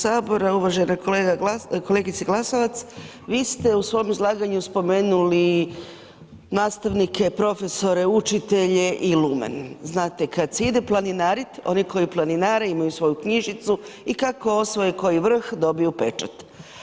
Uvažena kolegice Glasovac, vi ste u svom izlaganju spomenuli nastavnike, profesore, učitelje i lumen, znate kad se ide planinarit, oni koji planinare imaju svoju knjižicu i kako osvoje koji vrh dobiju pečat.